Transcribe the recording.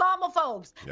Islamophobes